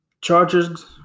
Chargers